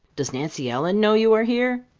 does nancy ellen know you are here?